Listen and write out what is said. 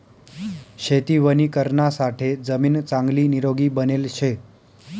शेती वणीकरणासाठे जमीन चांगली निरोगी बनेल शे